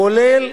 כולל